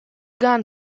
gun